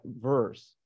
verse